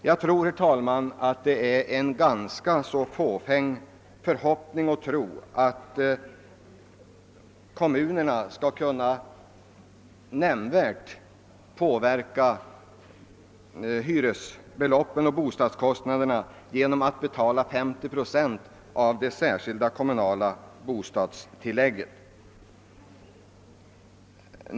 Jag tror, herr talman, att det är en ganska fåfäng förhoppning att räkna med att kommunerna nämnvärt skulle kunna påverka hyresbeloppen och bostadskostnaderna genom att betala 50 procent av det särskilda kommunala bostadstillägget.